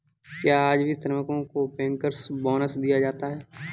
क्या आज भी श्रमिकों को बैंकर्स बोनस दिया जाता है?